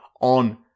on